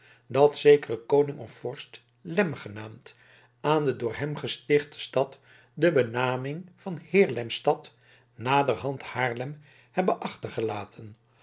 dat zekere koning of vorst lem genaamd aan de door hem gestichte stad de benaming van heer lems stad naderhand haarlem hebbe achtergelaten